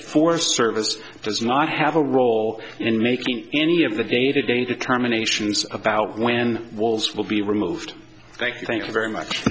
forest service does not have a role in making any of the day to day determinations about when walls will be removed thank you thank you very much